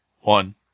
one